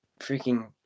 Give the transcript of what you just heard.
freaking